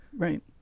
Right